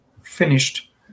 finished